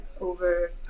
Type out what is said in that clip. over